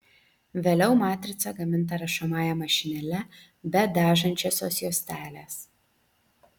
vėliau matrica gaminta rašomąja mašinėle be dažančiosios juostelės